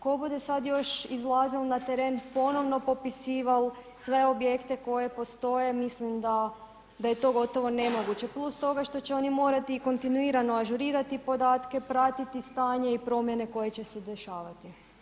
Ko bude sad još izlazio na teren ponovno popisivao sve objekte koje postoje mislim da je to gotovo nemoguće, plus toga što će oni morati kontinuirano ažurirati podatke, pratiti stanje i promjene koje će se dešavati.